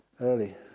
early